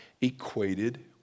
equated